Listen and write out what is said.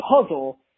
puzzle